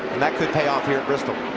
that could pay off here at bristol.